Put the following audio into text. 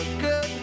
good